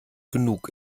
genug